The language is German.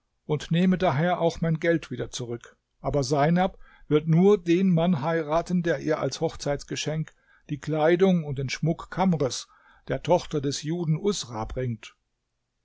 und nehme daher auch mein geld wieder zurück aber seinab wird nur den mann heiraten der ihr als hochzeitsgeschenk die kleidung und den schmuck kamrs der tochter des juden usra bringt